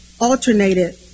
alternated